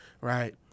right